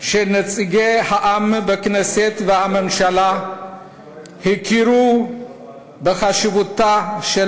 שנציגי העם בכנסת והממשלה הכירו בחשיבותה של